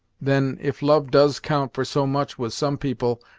then, if love does count for so much with some people,